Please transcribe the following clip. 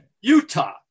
Utah